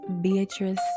Beatrice